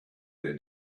their